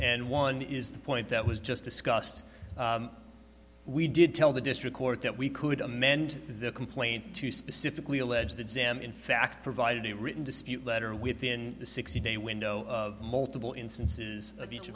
and one is the point that was just discussed we did tell the district court that we could amend the complaint to specifically allege that sam in fact provided a written dispute letter within the sixty day window of multiple instances of